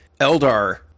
eldar